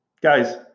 guys